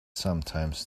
sometimes